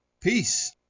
Peace